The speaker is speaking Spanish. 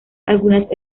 algunas